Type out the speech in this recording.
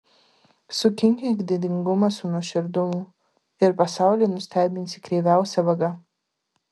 sukinkyk didingumą su nuoširdumu ir pasaulį nustebinsi kreiviausia vaga